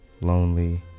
lonely